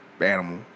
Animal